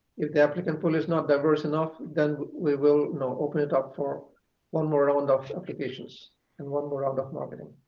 if the applicant pool is not diverse enough, then we will open it up for one more round of applications and one more round of marketing.